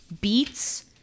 beets